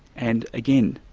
and again,